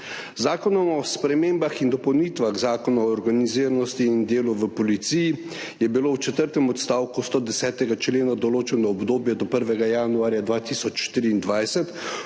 zakonom o spremembah in dopolnitvah Zakona o organiziranosti in delu v policiji je bilo v četrtem odstavku 110. člena določeno obdobje do 1. januarja 2023,